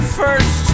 first